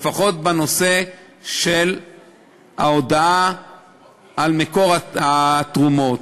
לפחות בנושא של ההודעה על מקור התרומות,